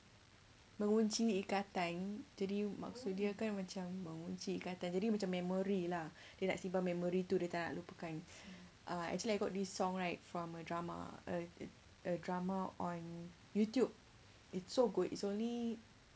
mengunci ikatan jadi maksud dia kan macam mengunci ikatan jadi macam memory lah dia nak simpan memory tu dia tak nak lupakan uh actually I got this song right from a drama a a drama on YouTube it's so good it's only